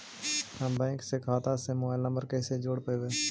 हम बैंक में खाता से मोबाईल नंबर कैसे जोड़ रोपबै?